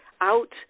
out